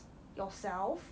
yourself